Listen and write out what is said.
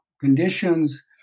conditions